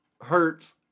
hurts